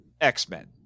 X-Men